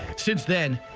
since then,